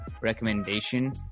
recommendation